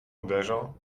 uderzą